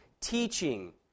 teaching